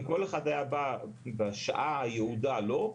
אם כל אחד היה בא בשעה היעודה לו,